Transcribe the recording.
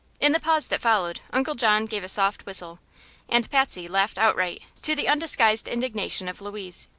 in the pause that followed uncle john gave a soft whistle and patsy laughed outright, to the undisguised indignation of louise.